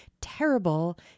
terrible